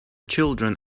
children